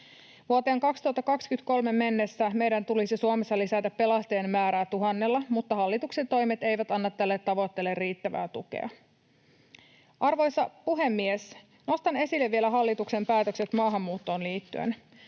Vuoteen 2030 mennessä meidän tulisi Suomessa lisätä pelastajien määrää tuhannella, mutta hallituksen toimet eivät anna tälle tavoitteelle riittävää tukea. Arvoisa puhemies! Nostan esille vielä hallituksen päätökset maahanmuuttoon liittyen.